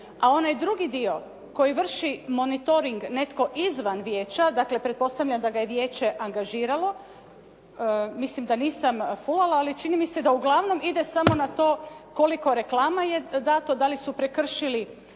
a onaj drugi dio koji vrši monitoring netko izvan vijeća, dakle pretpostavljam da ga je vijeće angažiralo. Mislim da nisam fulala, ali čini mi se da uglavnom ide na to koliko reklama je dato, dali su prekršili